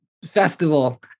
festival